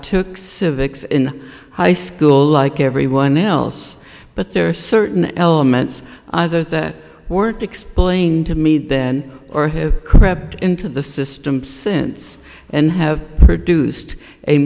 took civics in high school like everyone else but there are certain elements either that weren't explained to me then or have crept into the system since and have produced a